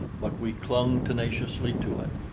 but we clung tenaciously to it.